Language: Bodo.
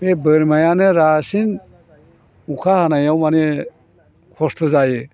बे बोरमायानो रासिन अखा हानायाव माने खस्थ' जायो